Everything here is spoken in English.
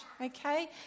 okay